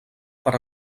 per